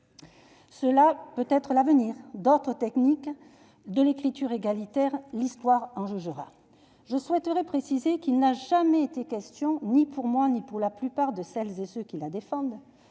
sera peut-être l'avenir d'autres techniques d'écriture égalitaire- l'histoire en jugera. Je souhaiterais préciser qu'il n'a jamais été question, ni pour moi ni pour la plupart de celles et ceux qui la défendent,